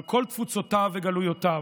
על כל תפוצותיו וגלויותיו,